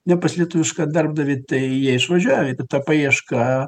ne pas lietuvišką darbdavį tai jie išvažiuoja ta paieška